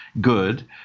good